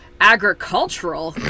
agricultural